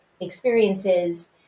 experiences